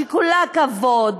שכולה כבוד,